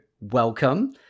welcome